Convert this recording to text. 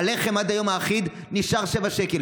הלחם האחיד עד היום נשאר שבעה שקלים.